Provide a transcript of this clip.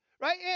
Right